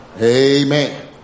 Amen